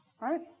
right